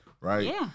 Right